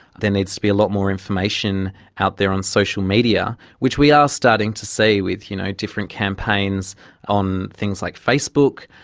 there needs to be a lot more information out there on social media, which we are starting to see with you know different campaigns on things like facebook.